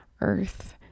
Earth